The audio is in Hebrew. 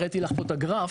הראיתי לך את הגרף,